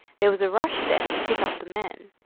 there was a rush then to pick up the men.